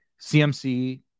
CMC